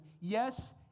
Yes